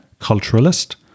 culturalist